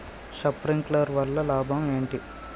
Sprinkler వల్ల లాభం ఏంటి?